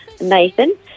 Nathan